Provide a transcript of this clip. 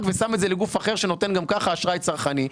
ושם את זה לגוף אחר שנותן גם כך אשראי צרכני.